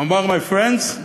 הוא אמר: My friends,